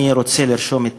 אני רוצה לרשום את